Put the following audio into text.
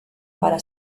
para